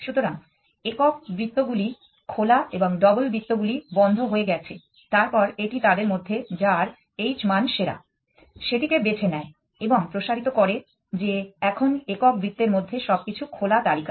সুতরাং একক বৃত্তগুলি খোলা এবং ডবল বৃত্তগুলি বন্ধ হয়ে গেছে তারপর এটি তাদের মধ্যে যার h মান সেরা সেটিকে বেছে নেয় এবং প্রসারিত করে যে এখন একক বৃত্তের মধ্যে সবকিছু খোলা তালিকায়